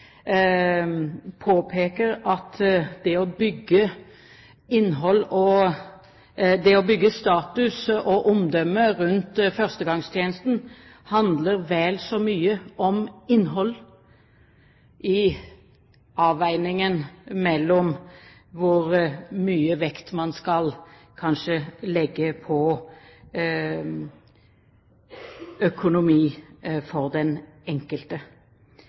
påpeker at det å bygge status og omdømme rundt førstegangstjenesten handler vel så mye om innhold i avveiningen mellom hvor mye vekt man skal legge på økonomi for den enkelte,